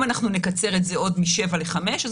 אם נקצר את זה עוד משבעה ימים לחמישה אז